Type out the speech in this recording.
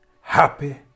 happy